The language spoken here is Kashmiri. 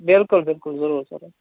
بِلکُل بِلکُل ضروٗر کَرو